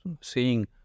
seeing